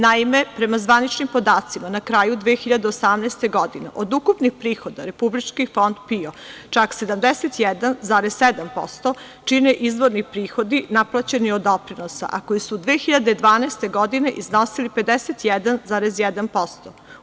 Naime, prema zvaničnim podacima, na kraju 2018. godine od ukupnih prihoda Republički fond PIO čak 71,7% čine izvorni prihodi naplaćeni od doprinosa, a koji su 2012. godine iznosili 51,1%